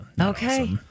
Okay